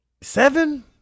Seven